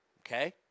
okay